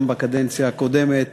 גם בקדנציה הקודמת,